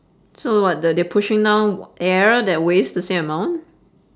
so what the~ they're pushing down air that weighs the same amount